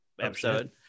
episode